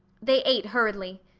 they ate hurriedly.